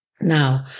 Now